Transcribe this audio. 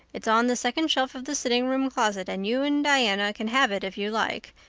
it's on the second shelf of the sitting-room closet and you and diana can have it if you like,